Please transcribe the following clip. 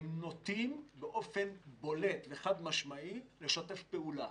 הם נוטים באופן בולט וחד-משמעי לשתף פעולה.